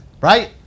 Right